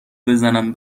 بزنن